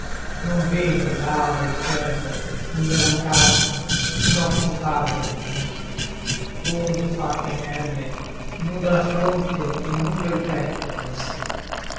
non vedo il lauro e il ferro ond'eran carchi i nostri padri antichi or fatta inerme nuda la fronte e nudo il petto mostri